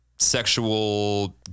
sexual